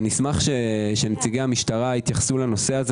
אני אשמח שנציגי המשטרה יתייחסו לכך,